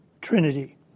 Trinity